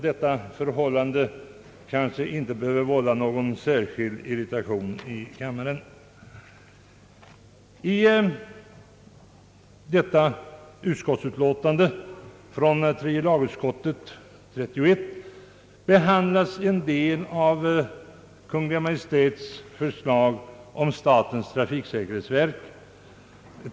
Det kanske inte behöver vålla någon särskild irritation i kammaren, eftersom dagens föredragningslista ju inte är så ansträngande. I tredje lagutskotiets utlåtande behandlas en del av Kungl. Maj:ts förslag om statens trafiksäkerhetsverk.